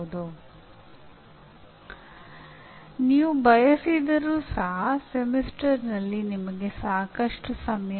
ಪರಿಣಾಮಗಳ ಬಗ್ಗೆ ನಾವು ನಂತರದ ಘಟಕಗಳಲ್ಲಿ ವಿವರವಾಗಿ ನೋಡುತ್ತೇವೆ